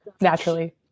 naturally